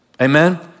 Amen